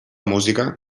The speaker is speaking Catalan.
música